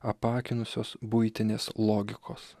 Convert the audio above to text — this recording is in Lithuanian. apakinusios buitinės logikos